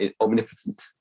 omnipotent